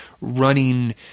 running